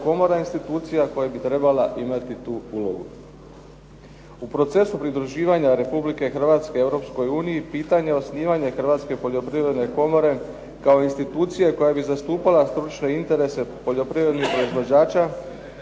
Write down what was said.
komora institucija koja bi trebala imati tu ulogu. U procesu pridruživanja Republike Hrvatske Europskoj uniji pitanje osnivanja Hrvatske poljoprivredne komore kao institucije koja bi zastupala stručne interese poljoprivrednih proizvođača